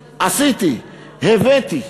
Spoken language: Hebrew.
עשיתי, הבאתי.